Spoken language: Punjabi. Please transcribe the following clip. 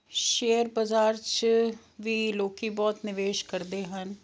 ਸ਼ੇਅਰ ਬਜ਼ਾਰ 'ਚ ਵੀ ਲੋਕ ਬਹੁਤ ਨਿਵੇਸ਼ ਕਰਦੇ ਹਨ